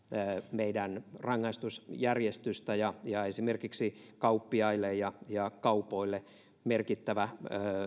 meidän rangaistusjärjestystä ja ja esimerkiksi kauppiaille ja ja kaupoille merkittävä